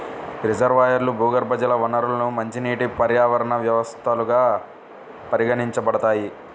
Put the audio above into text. రిజర్వాయర్లు, భూగర్భజల వనరులు మంచినీటి పర్యావరణ వ్యవస్థలుగా పరిగణించబడతాయి